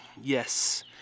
yes